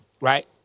right